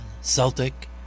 celtic